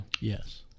Yes